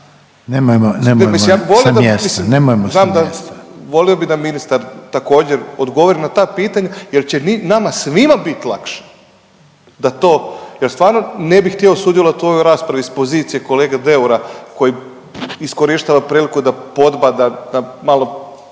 Nemojmo sa mjesta./... volio bih da ministar također, odgovori na ta pitanja jer će nama svima bit lakše da to jer stvarno, ne bih htio sudjelovati u ovoj raspravi s pozicije kolege Deura koji iskorištava priliku da podbada na